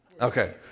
Okay